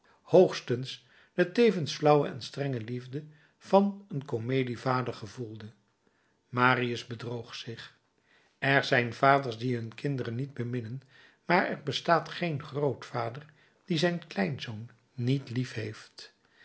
hoogstens de tevens flauwe en strenge liefde van een comedievader gevoelde marius bedroog zich er zijn vaders die hun kinderen niet beminnen maar er bestaat geen grootvader die zijn kleinzoon niet